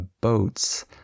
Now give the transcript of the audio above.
boats